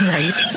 right